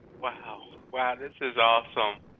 wow. wow, this is awesome.